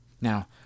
Now